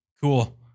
cool